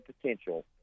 potential